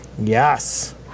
Yes